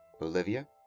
Bolivia